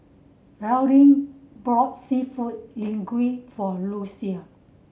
Laurene bought Seafood Linguine for Lucile